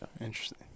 Interesting